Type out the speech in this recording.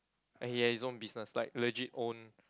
and he has his own business like legit own